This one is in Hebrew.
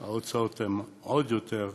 ההוצאות הן עוד יותר גבוהות,